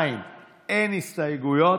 2 אין הסתייגויות.